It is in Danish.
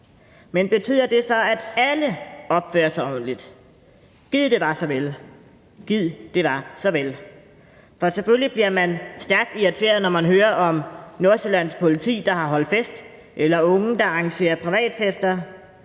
Men betyder det så, at alle opfører sig ordentligt? Gid det var så vel. For selvfølgelig blivet man stærkt irriteret, når man hører om politiet i Nordsjælland, der har holdt fest, eller om unge, der arrangerer privatfester,